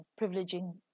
privileging